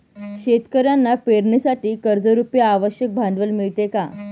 शेतकऱ्यांना पेरणीसाठी कर्जरुपी आवश्यक भांडवल मिळते का?